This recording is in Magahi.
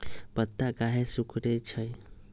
पत्ता काहे सिकुड़े छई?